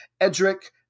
Edric